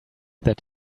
that